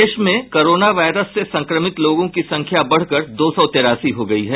देश में corona virus से संक्रमित लोगों की संख्या बढकर दो सौ तिरासी हो गई है